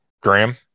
Graham